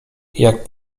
jak